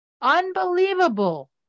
Unbelievable